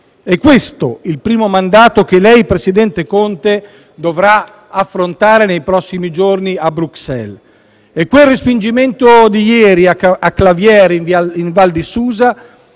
è questo il primo mandato che lei dovrà affrontare nei prossimi giorni a Bruxelles. Il respingimento di ieri a Claviere, in Val di Susa,